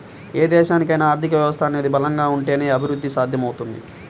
ఏ దేశానికైనా ఆర్థిక వ్యవస్థ అనేది బలంగా ఉంటేనే అభిరుద్ధి సాధ్యమవుద్ది